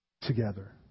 together